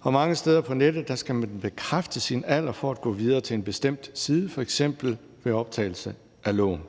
Og mange steder på nettet skal man bekræfte sin alder for at gå videre til en bestemt side, f.eks. ved optagelse af lån.